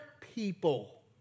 people